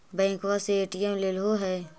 बैंकवा से ए.टी.एम लेलहो है?